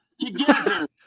together